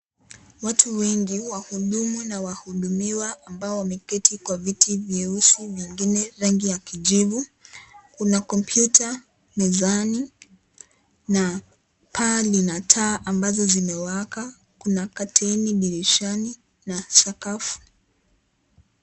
Watu wengi wahudumu na wahudumiwa ambao wameketi kwa viti vyeusi vingine rangi ya kijivu, kuna kompyuta mezani na paa lina taa ambazo zimewaka, kuna curtain dirishani na sakafu.